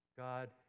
God